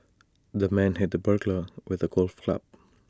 the man hit the burglar with A golf club